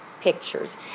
pictures